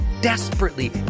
desperately